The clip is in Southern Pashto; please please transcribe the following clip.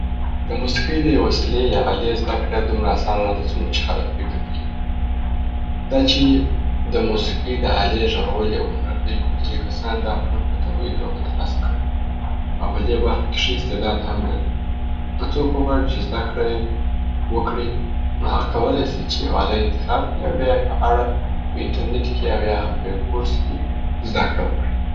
د موسیقې د یو وسیلې یا آلې زده کړه دومره اسانه نه ده څومره چې خلک فکر کیي. دا چي د موسیقې د آلې ژغول یو هنر دی، نو ځینی کسان دا هنر په طبعی توګه تر لاسه کړی او په دې برخه کې ښه استعداد هم لری. که څوک وغواړي چې زده کړه وکړي، نو هغه کولای سي چې یو آله انتخاب کړي او بیا یې په اړه په انټرنیټ کې او یا هم یو کورس کې زده کړه وکړي.